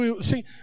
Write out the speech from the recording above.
See